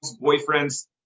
boyfriend's